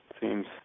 Seems